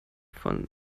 vom